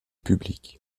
public